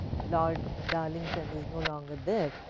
lord darlington is no longer there,